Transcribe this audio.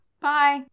Bye